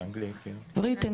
מה זה שמה רוסית,